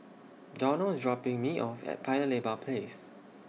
Donald IS dropping Me off At Paya Lebar Place